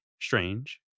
strange